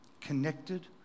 connected